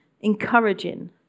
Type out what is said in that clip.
encouraging